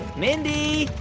mindy?